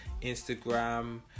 Instagram